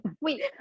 Wait